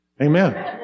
Amen